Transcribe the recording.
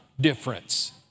difference